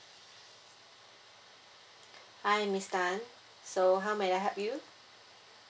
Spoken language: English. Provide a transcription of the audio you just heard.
hi miss tan so how may I help you